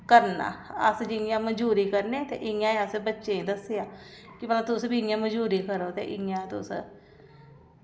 करना अस जि'यां मजूरी करने ते इ'यां गै असें बच्चें गी दस्सेआ कि भला तुस बी इ'यां मजूरी करो ते इ'यां तुस